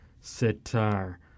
sitar